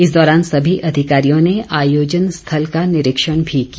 इस दौरान सभी अधिकारियों ने आयोजन स्थल का निरीक्षण भी किया